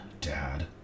Dad